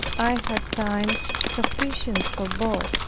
i had time sufficient for both,